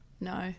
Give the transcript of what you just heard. No